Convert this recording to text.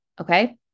Okay